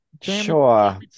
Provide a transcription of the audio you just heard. sure